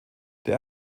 der